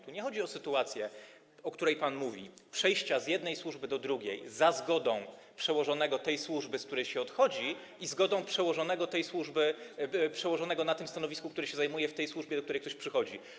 Tu nie chodzi o sytuację, o której pan mówi, przejścia z jednej służby do drugiej za zgodą przełożonego tej służby, z której się odchodzi, i za zgodą przełożonego tej służby, przełożonego na tym stanowisku, który się tym zajmuje w tej służbie, do której ktoś przychodzi.